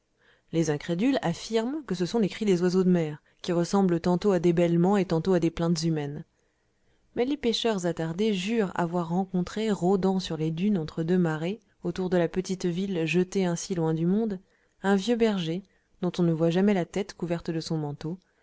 les incrédules affirment que ce sont les cris des oiseaux de mer qui ressemblent tantôt à des bêlements et tantôt à des plaintes humaines mais les pêcheurs attardés jurent avoir rencontré rôdant sur les dunes entre deux marées autour de la petite ville jetée ainsi loin du monde un vieux berger dont on ne voit jamais la tête couverte de son manteau